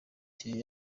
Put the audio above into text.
batiri